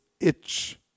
itch